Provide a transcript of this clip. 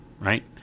right